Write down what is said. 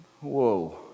Whoa